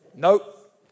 Nope